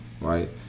right